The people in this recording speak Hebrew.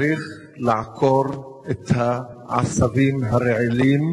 צריך לעקור את העשבים הרעילים,